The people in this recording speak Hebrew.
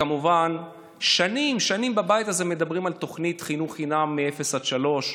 כמובן ששנים שנים מדברים בבית הזה על תוכנית חינוך חינם מאפס עד שלוש,